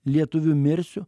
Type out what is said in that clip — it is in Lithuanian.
lietuviu mirsiu